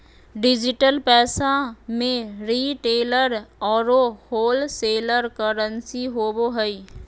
digital पैसा में retailer औरो होलसेलर करंसी होवो हइ